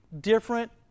different